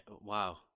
Wow